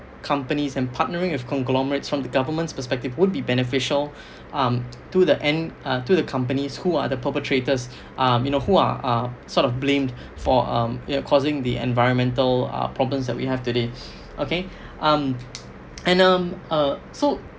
companies and partnering with conglomerates from the government's perspective would be beneficial uh to the end um to the companies who are the perpetrators uh you know who are sort of blamed for um you know causing the environmental uh problems that we have today okay um and um uh so